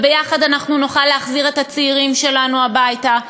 וביחד אנחנו נוכל להחזיר את הצעירים שלנו הביתה,